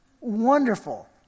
Wonderful